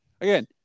Again